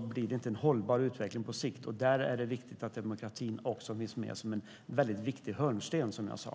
blir det inte en hållbar utveckling på sikt. Det är viktigt att demokratin finns med som en viktig hörnsten, som jag sade.